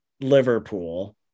Liverpool